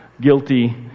guilty